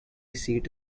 seat